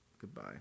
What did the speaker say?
Goodbye